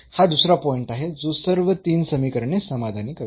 हा दुसरा पॉईंट आहे जो सर्व तीन समीकरणे समाधानी करतो